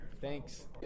thanks